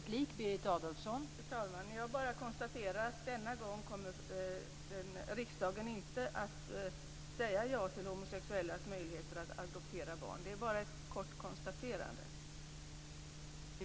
Fru talman! Jag konstaterar bara att den här gången kommer riksdagen inte att säga ja till homosexuellas möjligheter att adoptera barn. Det är bara ett kort konstaterande.